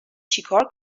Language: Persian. چیکار